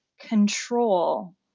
control